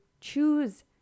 choose